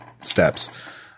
steps